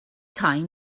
time